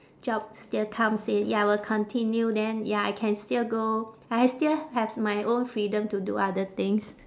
job still comes in ya will continue then ya I can still go I still have my own freedom to do other things